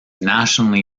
nationally